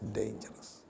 dangerous